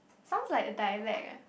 sounds like a dialect leh